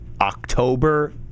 October